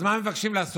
אז מה הם מבקשים לעשות?